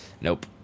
Nope